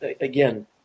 Again